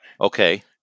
Okay